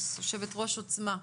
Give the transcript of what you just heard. יושבת-ראש "עוצמה".